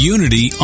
Unity